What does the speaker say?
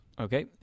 okay